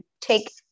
take